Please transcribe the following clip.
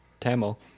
Tamil